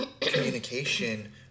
communication